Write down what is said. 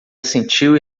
assentiu